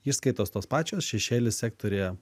išskaitos tos pačios šešėlis sektoriuje